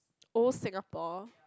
oh Singapore